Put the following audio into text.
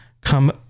come